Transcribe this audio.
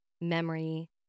memory